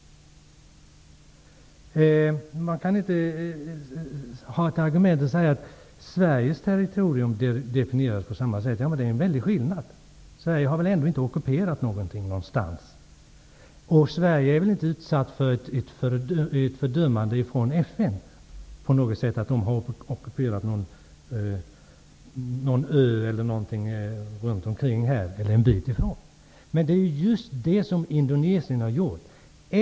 Man kan inte ha som argument att Sveriges territorium definieras på samma sätt. Det är en väldig skillnad. Sverige har väl ändå inte ockuperat någonting någonstans? Sverige är väl inte utsatt för ett fördömande från FN för att man har ockuperat en ö eller något häromkring eller en bit ifrån? Det är just det som Indonesien har gjort.